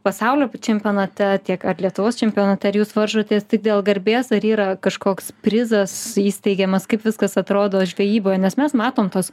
pasaulio čempionate tiek ar lietuvos čempionate ar jūs varžotės tik dėl garbės ar yra kažkoks prizas įsteigiamas kaip viskas atrodo žvejyboje nes mes matom tuos